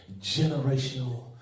generational